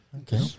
Okay